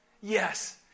Yes